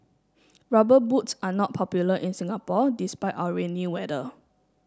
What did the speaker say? rubber boots are not popular in Singapore despite our rainy weather